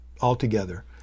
altogether